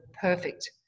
perfect